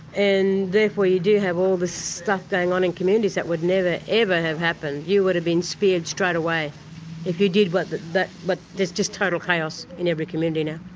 and therefore you do have all this stuff going on in communities that would never, ever have happened. you would have been speared straight away if you did but that, but there's just total chaos in every community now.